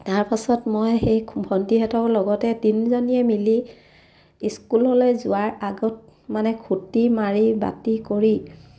তাৰপাছত মই সেই ভণ্টিহঁতৰ লগতে তিনিজনীয়ে মিলি স্কুললৈ যোৱাৰ আগত মানে খুটি মাৰি বাতি কৰি